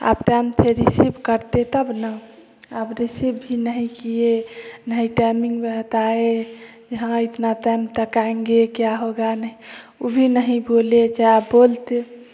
आप टाइम से रिसिव करते तब ना आप रिसिव भी नहीं किये नहीं टायमिंग बताये हाँ इतना टाइम तक आयेंगे क्या होगा वो भी नहीं बोले चाहे आप बोलते